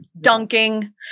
dunking